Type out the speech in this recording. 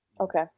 okay